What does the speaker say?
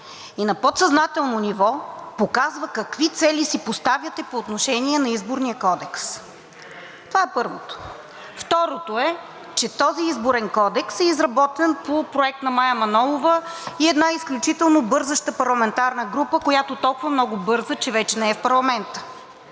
и на подсъзнателно ниво показва какви цели си поставяте по отношение на Изборния кодекс. Това е първото. Второто е, че този Изборен кодекс е изработен по проект на Мая Манолова и една изключително бързаща парламентарна група, която толкова много бърза, че вече не е в парламента.